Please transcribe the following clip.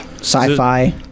Sci-fi